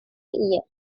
year